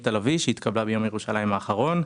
"לביא" שהתקבלה ביום ירושלים האחרון,